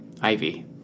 Ivy